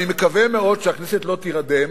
אני מקווה מאוד שהכנסת לא תירדם,